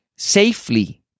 Safely